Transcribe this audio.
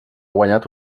guanyat